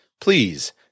Please